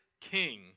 king